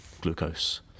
glucose